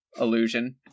illusion